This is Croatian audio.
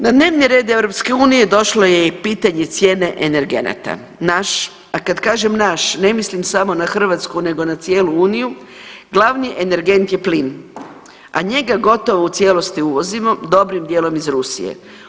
Na dnevni red EU došlo je i pitanje cijene energenata, naš a kad kažem naš ne mislim samo na Hrvatsku, nego na cijelu Uniju glavni energent je plin a njega gotovo u cijelosti uvozimo dobrim dijelom iz Rusije.